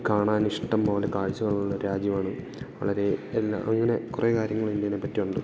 കാണാൻ ഇഷ്ടം പോലെ കാഴ്ചകൾ ഉള്ള രാജ്യമാണ് വളരെ എല്ലാ ഇങ്ങനെ കുറെ കാര്യങ്ങളും ഇന്ത്യെനെ പറ്റിയുണ്ട്